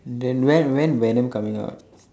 then when when venom coming out